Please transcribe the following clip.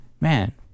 man